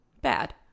bad